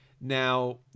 Now